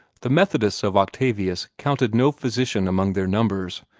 the methodists of octavius counted no physician among their numbers,